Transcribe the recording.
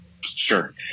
Sure